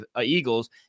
Eagles